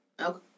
Okay